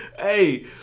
Hey